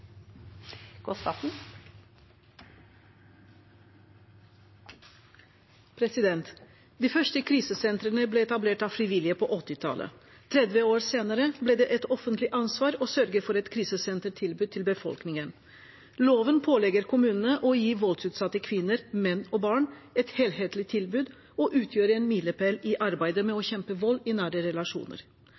De første krisesentrene ble etablert av frivillige på 1980-tallet. 30 år senere ble det et offentlig ansvar å sørge for et krisesentertilbud til befolkningen. Loven pålegger kommunene å gi voldsutsatte kvinner, menn og barn et helhetlig tilbud og utgjør en milepæl i arbeidet med å bekjempe vold i nære relasjoner.